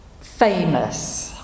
famous